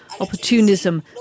Opportunism